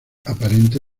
aparente